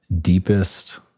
deepest